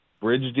bridge